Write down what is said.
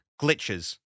glitches